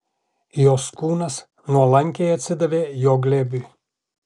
jos kūnas nuolankiai atsidavė jo glėbiui